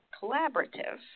collaborative